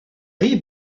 riz